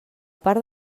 part